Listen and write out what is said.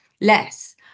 less